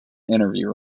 interview